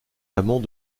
amont